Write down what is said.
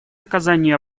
оказание